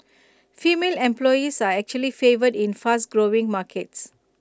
female employees are actually favoured in fast growing markets